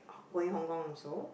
going Hong-Kong also